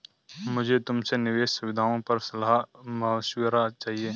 मुझे तुमसे निवेश सुविधाओं पर सलाह मशविरा चाहिए